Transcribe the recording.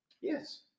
Yes